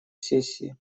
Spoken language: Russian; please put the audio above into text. сессии